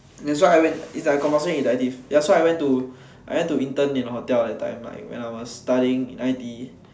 that's why I went it's like compulsory elective ya so I went to I went to intern in a hotel that time like when I was studying in I_T_E